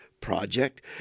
project